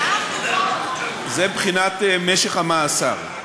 ------ זה מבחינת משך המאסר.